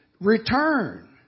return